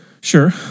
Sure